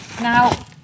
Now